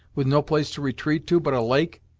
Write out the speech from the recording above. with no place to retreat to but a lake?